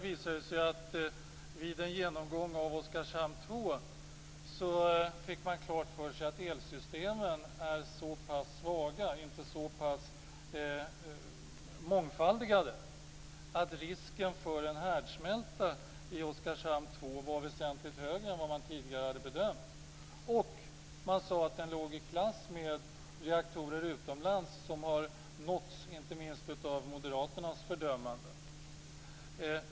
Vid en genomgång av Oskarshamn 2 fick man klart för sig att elsystemen är så pass svaga att risken för en härdsmälta var väsentligt högre än vad man tidigare hade bedömt. Man sade att Oskarshamn 2 var i klass med reaktorer utomlands som blivit fördömda av inte minst moderaterna. Fru talman!